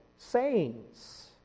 sayings